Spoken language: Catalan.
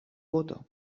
bóta